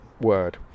word